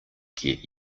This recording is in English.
get